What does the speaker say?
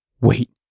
Wait